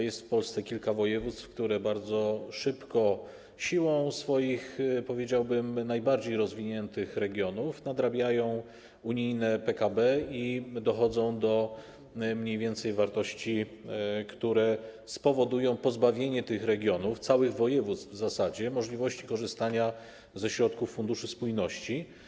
Jest w Polsce kilka województw, które bardzo szybko, siłą swoich, powiedziałbym, najbardziej rozwiniętych regionów, nadrabiają unijne PKB i dochodzą do więcej mniej wartości, które spowodują pozbawienie tych regionów, w zasadzie całych województw, możliwości korzystania ze środków Funduszu Spójności.